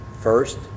first